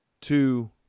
Two